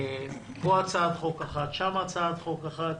פה הצעת חוק אחת, שם הצעת חוק אחת,